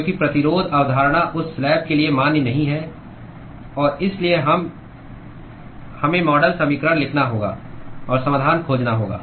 क्योंकि प्रतिरोध अवधारणा उस स्लैब के लिए मान्य नहीं है और इसलिए हमें मॉडल समीकरण लिखना होगा और समाधान खोजना होगा